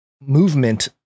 movement